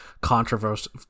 controversial